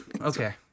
okay